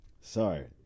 Sorry